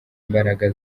imbaraga